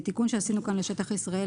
התיקון שעשינו כאן לגבי שטח ישראל